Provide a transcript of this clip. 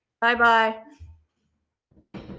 Bye-bye